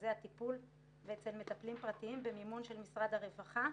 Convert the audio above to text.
במרכזי הטיפול ואצל מטפלים פרטיים במימון של משרד הרווחה.